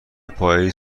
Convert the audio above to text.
پاییز